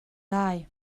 lai